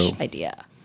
idea